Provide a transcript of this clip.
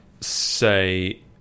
say